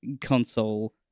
console